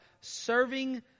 serving